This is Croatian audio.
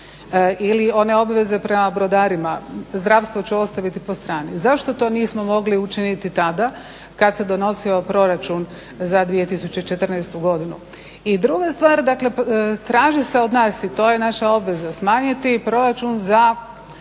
ili one obveze prema brodarima. Zdravstvo ću ostaviti po strani. Zašto to nismo mogli učiniti tada kad se donosio proračun za 2014. godinu? I druga stvar, dakle traži se od nas i to je naša obveza smanjiti proračun za